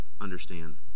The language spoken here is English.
understand